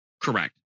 Correct